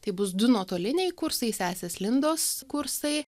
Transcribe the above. tai bus du nuotoliniai kursai sesės lindos kursai